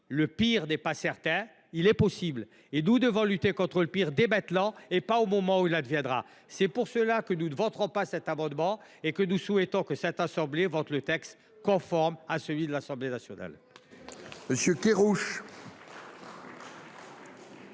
le pire n’est pas certain, il est possible. Et nous devons lutter contre le pire dès maintenant, pas au moment où il adviendra. C’est pour cela que nous ne voterons pas cet amendement et que nous souhaitons que cette assemblée vote le texte conforme à celui de l’Assemblée nationale.